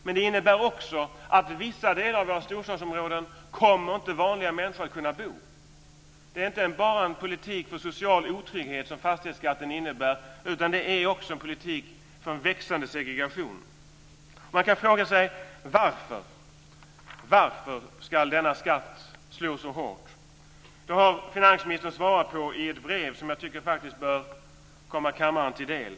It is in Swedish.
Den innebär också att vanliga människor inte kommer att kunna bo i vissa delar av våra storstadsområden. Fastighetsskatten innebär inte bara en politik för social otrygghet, utan det är också en politik för en växande segregation. Man kan fråga sig: Varför ska denna skatt slå så hårt? Det har finansministern svarat på i ett brev som jag tycker bör komma kammaren till del.